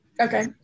Okay